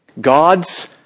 God's